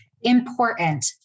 important